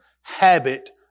habit